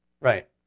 Right